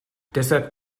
deshalb